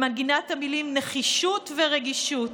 למנגינת המילים: נחישות ורגישות,